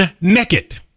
naked